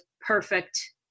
perfect